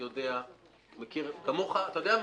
אתה יודע מה?